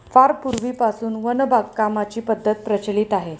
फार पूर्वीपासून वन बागकामाची पद्धत प्रचलित आहे